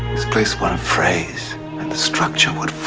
displace one phrase, and the structure would